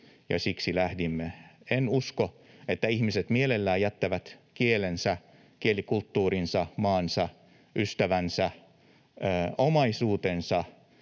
— siksi lähdimme. En usko, että ihmiset mielellään jättävät kielensä, kielikulttuurinsa, maansa, ystävänsä, omaisuutensa,